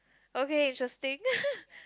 okay interesting